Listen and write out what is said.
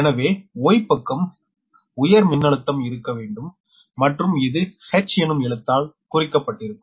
எனவே Y பக்கம் உயர் மின்னழுத்தம் இருக்க வேண்டும் மற்றும் இது H எனும் எழுத்தால் குறிக்கப்பட்டிருக்கும்